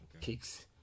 kicks